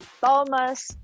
Thomas